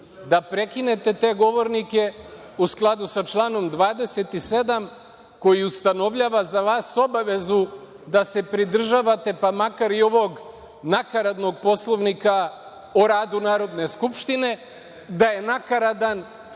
da prekinete te govornike u skladu sa članom 27. koji ustanovljava za vas obavezu da se pridržavate, pa makar i ovog nakaradnog Poslovnika o radu Narodne skupštine. Da je nakaradan,